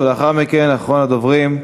ולאחר מכן, אחרון הדוברים,